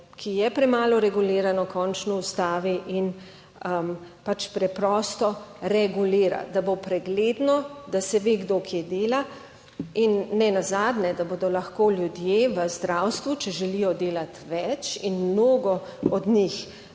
ki je premalo regulirano, končno ustavi in pač preprosto regulira, da bo pregledno, da se ve kdo, kje dela in nenazadnje, da bodo lahko ljudje v zdravstvu, če želijo delati, več in mnogo od njih